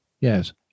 Yes